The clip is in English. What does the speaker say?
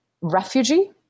refugee